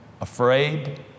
afraid